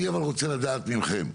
אני רוצה לדעת מכם,